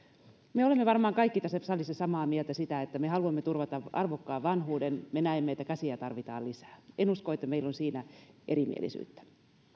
me olemme varmaan kaikki tässä salissa samaa mieltä siitä että me haluamme turvata arvokkaan vanhuuden me näemme että käsiä tarvitaan lisää en usko että meillä on siinä erimielisyyttä